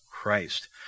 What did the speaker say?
Christ